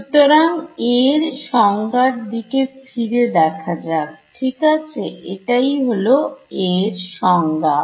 সুতরাং A এর সংজ্ঞা দিকে ফিরে দেখা যাক ঠিক আছে এটাই হলো A এর সংজ্ঞা